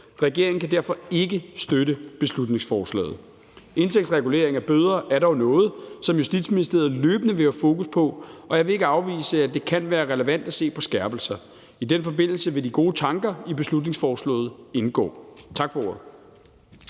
Regeringen kan derfor ikke støtte beslutningsforslaget. Indtægtsregulering af bøder er dog noget, som Justitsministeriet løbende vil have fokus på, og jeg vil ikke afvise, at det kan være relevant at se på skærpelser. I den forbindelse vil de gode tanker i beslutningsforslaget indgå. Tak for ordet.